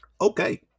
okay